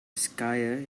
skier